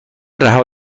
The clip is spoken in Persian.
رها